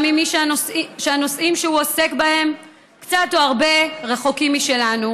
גם ממי שהנושאים שהוא עוסק בהם קצת או הרבה רחוקים משלנו,